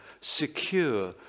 secure